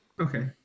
Okay